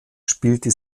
spielte